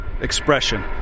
expression